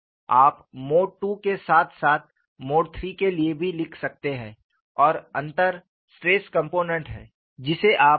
आप mode II के साथ साथ मोड III के लिए भी लिख सकते हैं और अंतर स्ट्रेस कम्पोनेनेट है जिसे आप देखने जा रहे हैं